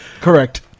correct